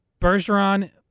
Bergeron